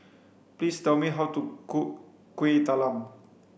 please tell me how to cook kuih talam